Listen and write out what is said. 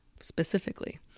specifically